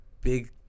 big